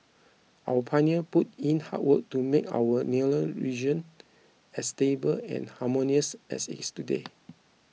our pioneer put in hard work to make our nearer region as stable and harmonious as it is today